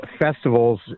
festivals